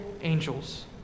angels